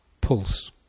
pulse